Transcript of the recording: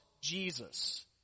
Jesus